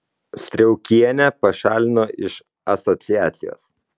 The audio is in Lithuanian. striaukienę pašalino iš asociacijos